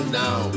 now